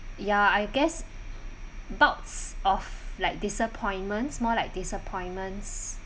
ya I guess bouts of like disappointments more like disappointments